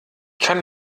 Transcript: kann